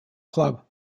club